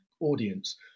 audience